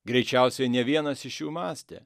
greičiausiai ne vienas iš jų mąstė